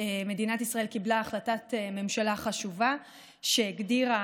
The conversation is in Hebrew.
מדינת ישראל קיבלה החלטת ממשלה חשובה שהגדירה